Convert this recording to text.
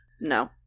no